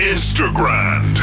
Instagram